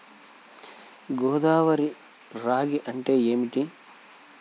గోదావరి రాగి అంటే ఏమిటి?